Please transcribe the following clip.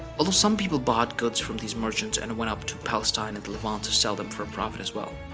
although, some people bought goods from these merchants and went up to palestine and the levant to sell them for profit as well.